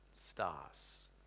stars